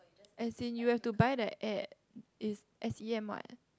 as in you have to buy the app is s_t_m what